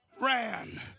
ran